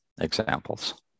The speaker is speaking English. examples